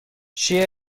she